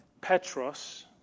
Petros